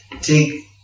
take